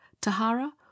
Tahara